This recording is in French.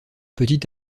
petit